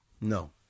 no